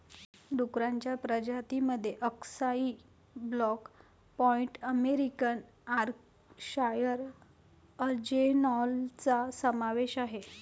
डुक्करांच्या प्रजातीं मध्ये अक्साई ब्लॅक पाईड अमेरिकन यॉर्कशायर अँजेलॉनचा समावेश आहे